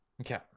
Okay